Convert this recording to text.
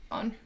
on